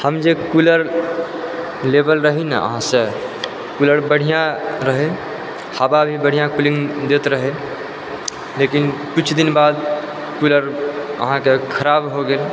हम जे कूलर लेले रही ने अहाँसँ कूलर बढ़िआँ रहै हवा भी बढ़िआँ कूलिङ्ग दैत रहै लेकिन किछु दिन बाद कुलर अहाँके खराब हो गेल